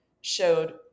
showed